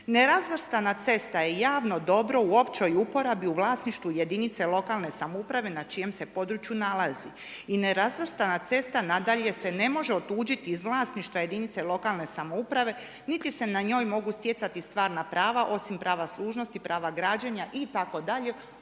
„Nerazvrstana cesta je javno dobro u općoj uporabi u vlasništvu jedinice lokalne samouprave na čijem se području nalazi.“ I nerazvrstana cesta, nadalje, se ne može otuđiti iz vlasništva jedinice lokalne samouprave niti se na njoj mogu stjecati stvarna prava osim prava služnosti, prava građenja i